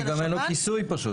יכול להיות שגם אין לו כיסוי פשוט.